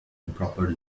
improper